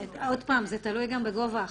זה תלוי גם בגובה החוב.